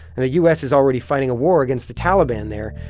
and the u s. is already fighting a war against the taliban there.